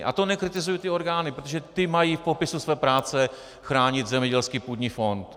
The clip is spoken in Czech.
A to nekritizuji ty orgány, protože ty mají v popisu své práce chránit zemědělský půdní fond.